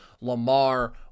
Lamar